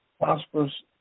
prosperous